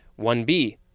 1B